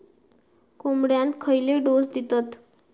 कोंबड्यांक खयले डोस दितत?